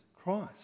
Christ